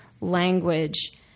language